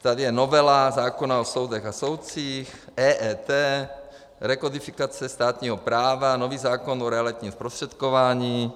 Tady je novela zákona o soudech a soudcích, EET, rekodifikace státního práva, nový zákon o realitním zprostředkování.